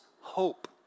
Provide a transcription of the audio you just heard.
hope